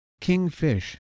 kingfish